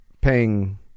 Paying